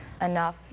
enough